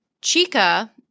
Chica